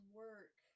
work